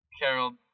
Carol